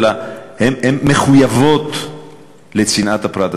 הן מחויבות לצנעת הפרט,